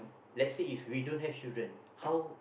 let say if we don't have children how